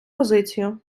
позицію